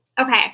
Okay